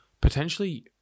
potentially